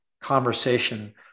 conversation